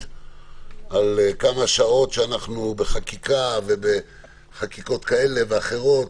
על כמה שעות העברנו בחקיקה כזאת ואחרת,